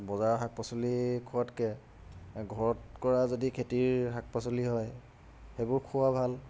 বজাৰৰ শাক পাচলি খোৱাতকৈ ঘৰত কৰা যদি খেতিৰ শাক পাচলি হয় সেইবোৰ খোওৱা ভাল